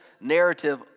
narrative